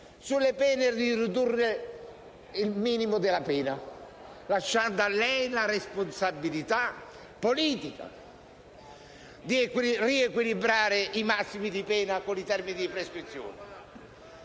sulla riduzione del minimo della pena, lasciando a lei la responsabilità politica di riequilibrare i massimi di pena con i termini di prescrizione.